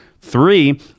Three